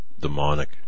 demonic